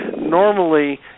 Normally